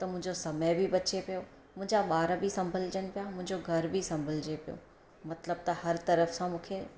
त मुंहिंजो समय बि बचे पियो मुंहिंजा ॿार बि संभलजनि पिया मुंहिंजो घरु बि संभलिजे पियो मतलबु त हर तरफ़ु सां मूंखे